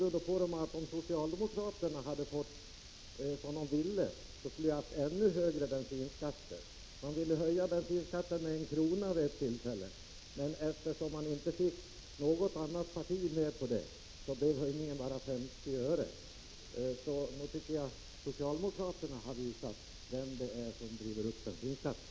Om socialdemokraterna hade fått som de ville, skulle vi väl ha haft ännu högre bensinskatter. Man ville höja bensinskatten med 1 kr. vid ett tillfälle, men eftersom man inte fick något annat parti med på det blev höjningen bara 50 öre. Nog tycker jag att socialdemokraterna har visat vem det är som driver upp bensinskatten.